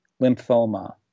lymphoma